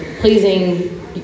pleasing